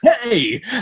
hey